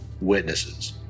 witnesses